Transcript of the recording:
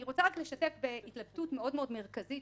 אני רוצה לשתף בהתלבטות מאוד-מאוד מרכזית,